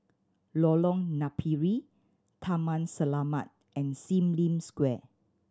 Lorong Napiri Taman Selamat and Sim Lim Square